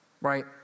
right